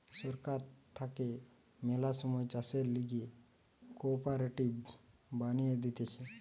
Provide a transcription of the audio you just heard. সরকার থাকে ম্যালা সময় চাষের লিগে কোঅপারেটিভ বানিয়ে দিতেছে